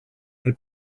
had